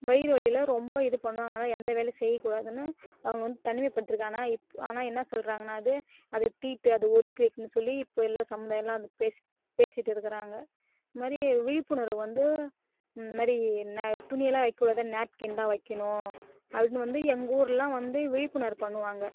வயிறு வலிலாம் ரொம்ப இது பண்ணும் அதனால எந்த வேலையும் செய்யக்கூடாதுன்னு அவங்க வந்து தனிமை படுத்துருக்கானா இப்போ ஆனால் என்னா சொல்கிறாங்கனா அது அது தீட்டு அது ஒதுக்கி வைக்கணும்னு சொல்லி இப்போ எல்லாம் சமுதாயம்லாம் அது பேசி பேசிட்டு இருக்கிறாங்க இது மாதிரி விழிப்புணர்வு வந்து இது மாதிரி ந துணியெல்லாம் வைக்ககூடாது நாப்கின் தான் வைக்கணும் அப்படினு வந்து எங்க ஊருலாம் வந்து விழிப்புணர்வு பண்ணுவாங்க